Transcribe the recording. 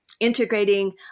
integrating